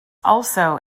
also